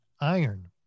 iron